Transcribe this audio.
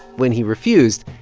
when he refused,